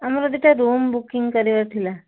ଆମର ଦୁଇଟା room booking କରିବାର ଥିଲା